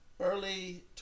early